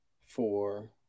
four